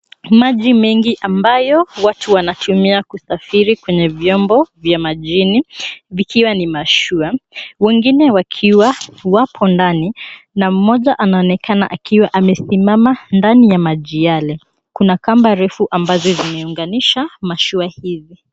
Maji mengi ambayo watu wanatumia kusafiri kwenye vyombo vya majini vikiwa ni mashua, wengine wakiwa wapo ndani na mmoja anaonekana akiwa amesimama ndani ya maji yale. Kuna kamba refu ambazo zimeunganisha mashua hizi.